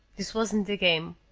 this wasn't a game.